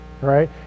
right